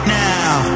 now